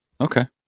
Okay